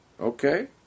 Okay